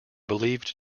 believed